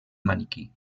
maniquí